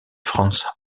frans